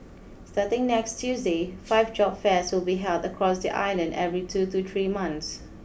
starting next Tuesday five job fairs will be held across the island every two to three months